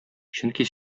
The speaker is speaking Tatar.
чөнки